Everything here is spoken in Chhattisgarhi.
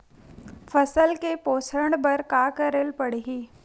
फसल के पोषण बर का करेला पढ़ही?